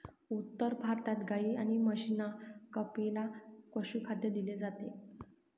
उत्तर भारतात गाई आणि म्हशींना कपिला पशुखाद्य दिले जाते